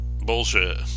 bullshit